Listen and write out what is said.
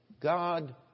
God